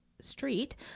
Street